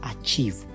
achieve